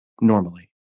normally